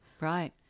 right